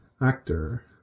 actor